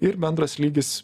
ir bendras lygis